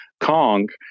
Kong